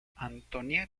antoine